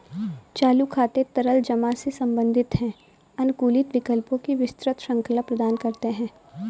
चालू खाते तरल जमा से संबंधित हैं, अनुकूलित विकल्पों की विस्तृत श्रृंखला प्रदान करते हैं